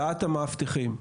בעיית המאבטחים,